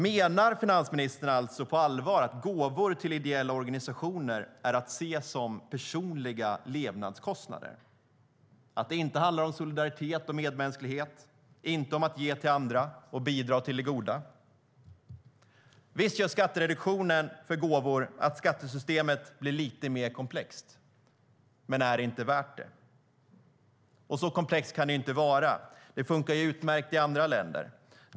Menar finansministern alltså på allvar att gåvor till ideella organisationer är att se som "personliga levnadskostnader"? Handlar det alltså inte om solidaritet och medmänsklighet, inte om att ge till andra och att bidra till det goda? Visst gör skattereduktionen för gåvor att skattesystemet blir lite mer komplext. Men är det inte värt det? Och så komplext kan det inte vara. Det funkar ju utmärkt i andra länder.